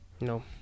no